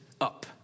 up